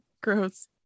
gross